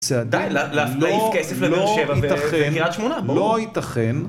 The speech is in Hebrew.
זה עדיין, להעיף כסף לבאר שבע ולקרית שמונה, ברור, לא ייתכן.